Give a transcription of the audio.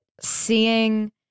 seeing